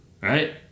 right